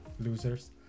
Losers